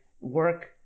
work